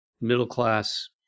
middle-class